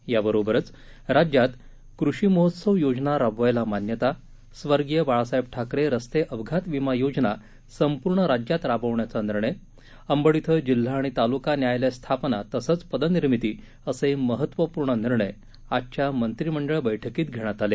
याबरोबरच राज्यात राज्यात कृषि महोत्सव योजना राबवायला मान्यता स्वर्गीय बाळासाहेब ठाकरे रस्ते अपघात विमा योजना संपूर्ण राज्यात राबवायचा निर्णय अंबड इथं जिल्हा आणि तालुका न्यायालय स्थापना तसंच पदं निर्मिती असे महत्त्वपूर्ण निर्णय आजच्या मंत्रिमंडळ बैठकीत घेण्यात आले